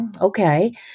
okay